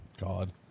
God